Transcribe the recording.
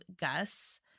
Gus